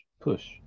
Push